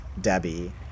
Debbie